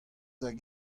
hag